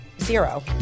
zero